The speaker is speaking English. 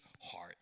heart